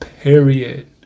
period